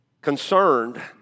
concerned